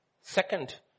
Second